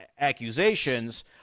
accusations